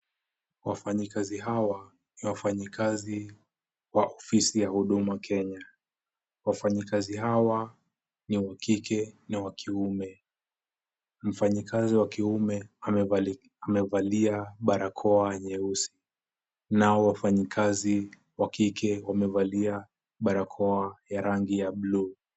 Wafanyikazi hawa ni wafanyikazi wa ofisi ya huduma Kenya. Wafanyikazi hawa ni wa kike na wa kiume. Mfanyikazi wa kiume amevalia barakoa nyeusi, nao wafanyikazi wa kike wamevalia barakoa ya rangi ya blue .